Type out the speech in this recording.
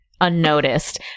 unnoticed